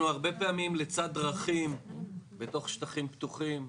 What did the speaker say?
אנחנו הרבה פעמים לצד דרכים בתוך שטחים פתוחים.